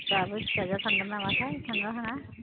जोंहाबो फिसाजोआ थांगोन ना माथाय थांगोन ना थाङा